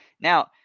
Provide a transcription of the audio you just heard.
Now